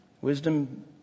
Wisdom